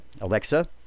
Alexa